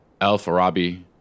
Al-Farabi